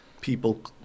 people